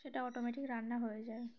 সেটা অটোমেটিক রান্না হয়ে যায়